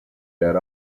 that